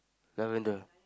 Lavender